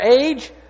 age